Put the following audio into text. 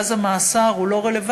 ואז המאסר הוא לא רלוונטי,